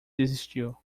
desistiu